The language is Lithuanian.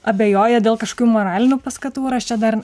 abejoja dėl kažkokių moralinių paskatų ar aš čia dar